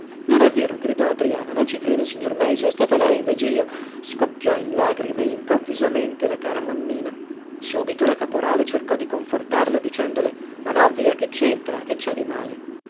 non è vero gridò adriana non ci creda signor meis è stata lei invece io scoppiò in lagrime improvvisamente la cara mammina subito la caporale cercò di confortarla dicendole ma no via che centra che cè di male